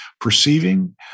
perceiving